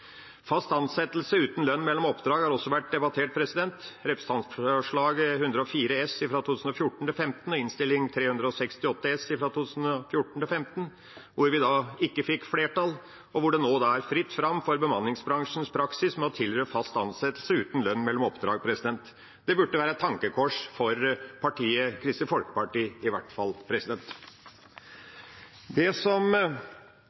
Fast ansettelse uten lønn mellom oppdrag har også vært debattert i forbindelse med Representantforslag 104 S for 2014–2015 og Innst. 368 S for 2014–2015, hvor vi ikke fikk flertall, og hvor det nå er fritt fram for bemanningsbransjens praksis med å tilby fast ansettelse uten lønn mellom oppdrag. Det burde være et tankekors for partiet Kristelig Folkeparti, i hvert fall.